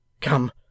Come